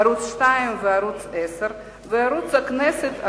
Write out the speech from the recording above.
ערוץ-2 וערוץ-10 וערוץ הכנסת,